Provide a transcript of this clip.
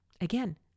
Again